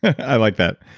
i like that.